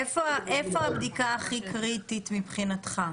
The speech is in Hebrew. איפה הבדיקה הכי קריטית מבחינתך?